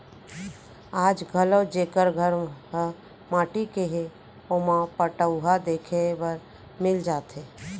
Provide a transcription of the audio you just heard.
आज घलौ जेकर घर ह माटी के हे ओमा पटउहां देखे बर मिल जाथे